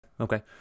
Okay